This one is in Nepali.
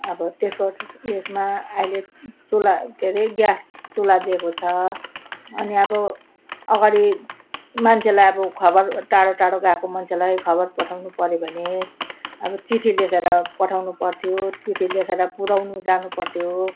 अब त्यसको उयसमा अहिले चुल्हा के अरे ग्यास चुल्हा दिएको छ अनि अब अगाडि मान्छेलाई अब खबर टाढो टाढो गएको मान्छेलाई खबर पठाउनु पऱ्यो भने अब चिट्ठी लेखेर पठाउनु पर्थ्यो चिट्ठी लेखेर पुर्याउनु जानु पर्थ्यो